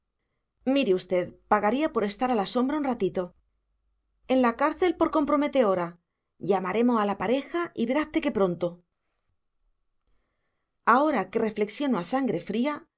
mire usted pagaría por estar a la sombra un ratito en la cárcel por comprometeora llamaremos a la pareja y verasté que pronto ahora que reflexiono a sangre fría